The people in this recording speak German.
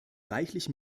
reichlich